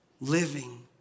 living